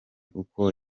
uko